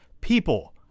people